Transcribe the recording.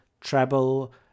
treble